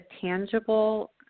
tangible